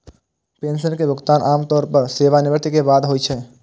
pension के भुगतान आम तौर पर सेवानिवृत्ति के बाद होइ छै